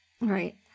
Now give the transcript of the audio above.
right